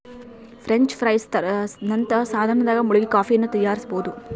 French press ನಂತಹ ಸಾಧನದಾಗ ಮುಳುಗಿ ಕಾಫಿಯನ್ನು ತಯಾರಿಸಬೋದು